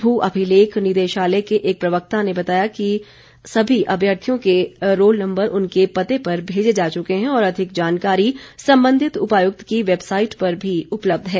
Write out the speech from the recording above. भू अभिलेख निदेशालय के एक प्रवक्ता ने बताया है कि सभी अभ्यर्थियों के रोल नम्बर उनके पते पर भेजे जा चुके हैं और अधिक जानकारी संबंधित उपायुक्त की वैबसाईट पर भी उपलब्ध है